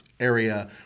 area